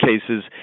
cases